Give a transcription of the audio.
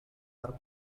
are